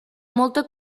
molta